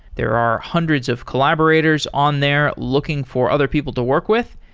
there are hundreds of collaborators on there looking for other people to work with,